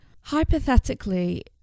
hypothetically